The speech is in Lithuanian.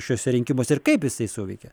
šiuose rinkimuose ir kaip jisai suveikė